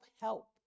help